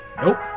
Nope